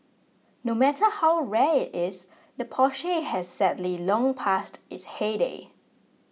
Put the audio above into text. no matter how rare it is the Porsche has sadly long passed its heyday